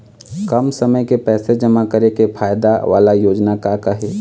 कम समय के पैसे जमा करे के फायदा वाला योजना का का हे?